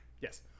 yes